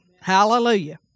Hallelujah